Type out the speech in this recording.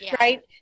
right